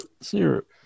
syrup